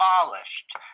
demolished